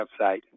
website